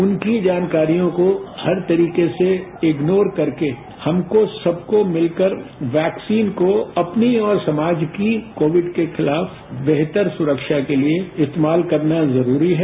उनकी जानकारियों को हर तरीके से इग्नोर करके हमको सबको मिलकर वैक्सीन को अपनी और समाज की कोविड के खिलाफ बेहतर सुरक्षा के लिए इस्तेमाल करना जरूरी है